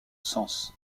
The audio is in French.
sens